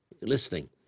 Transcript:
listening